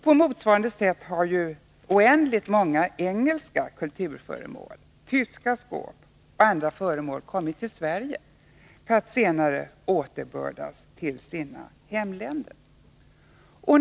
På motsvarande sätt har oändligt många engelska kulturföremål, tyska skåp och andra föremål kommit till Sverige för att senare återbördas till sina hemländer.